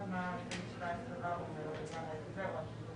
בעיקרון זה נותן מרחב של 90 ימים כדי לעשות את ההתקשרות הזאת.